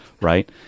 Right